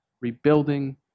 rebuilding